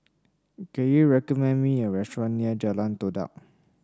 can you recommend me a restaurant near Jalan Todak